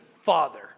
father